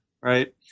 right